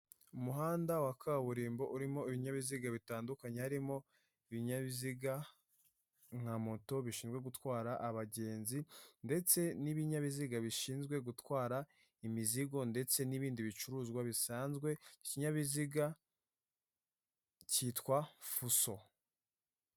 Umuhanda wa kaburimbo urimo ibinyabiziga bitandukanye harimo ibinyabiziga nka moto bishinzwe gutwara abagenzi ndetse n'ibinyabiziga bishinzwe gutwara imizigo ndetse n'ibindi bicuruzwa bisanzwe, iki kinyabiziga kitwa fuso.